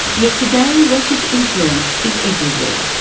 yet today russia's influence is everywhere.